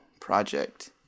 project